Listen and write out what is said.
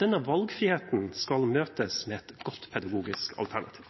Denne valgfriheten skal møtes med et godt pedagogisk alternativ.